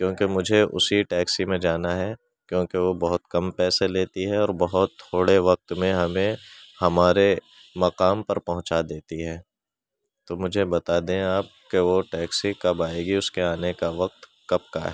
کیونکہ مجھے اسی ٹیکسی میں جانا ہے کیونکہ وہ بہت کم پیسے لیتی ہے اور بہت تھوڑے وقت میں ہمیں ہمارے مقام پر پہنچا دیتی ہے تو مجھے بتا دیں آپ کہ وہ ٹیکسی کب آئے گی اس کے آنے کا وقت کب کا ہے